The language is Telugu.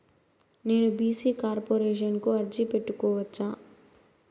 నేను బీ.సీ కార్పొరేషన్ కు అర్జీ పెట్టుకోవచ్చా?